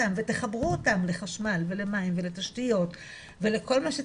אותם ותחברו אותם לחשמל ולמים ולתשתיות ולכל מה שצריך,